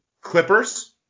Clippers